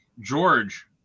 George